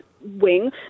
wing